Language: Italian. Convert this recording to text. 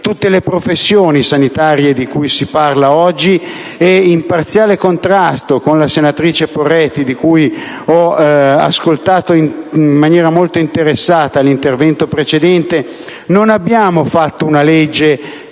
tutte le professioni sanitarie di cui si parla oggi e, in parziale contrasto con la senatrice Poretti, di cui ho ascoltato l'intervento in maniera molto interessata, preciso che non abbiamo fatto una legge